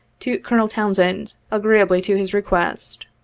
to colonel townsend, agreeably to his request.